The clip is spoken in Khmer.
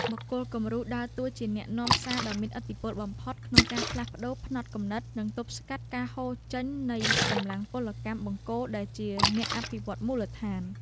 បុគ្គលគំរូដើរតួជាអ្នកនាំសារដ៏មានឥទ្ធិពលបំផុត ក្នុងការផ្លាស់ប្តូរផ្នត់គំនិត និងទប់ស្កាត់ការហូរចេញនៃកម្លាំងពលកម្មបង្គោលដែលជាអ្នកអភិវឌ្ឍមូលដ្ឋាន។